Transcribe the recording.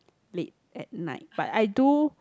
late at night but I do